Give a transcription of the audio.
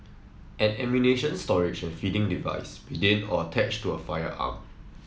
an ammunition storage and feeding device within or attached to a firearm